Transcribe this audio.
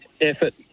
effort